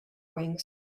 wings